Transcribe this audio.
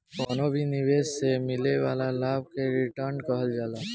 कवनो भी निवेश से मिले वाला लाभ के रिटर्न कहल जाला